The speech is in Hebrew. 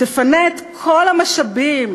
ותפנה את כל המשאבים